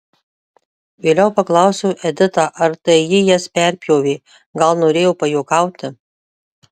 vėliau paklausiau editą ar tai ji jas perpjovė gal norėjo pajuokauti